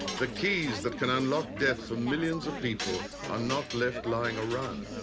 the keys that can unlock death for millions of people are not left lying around.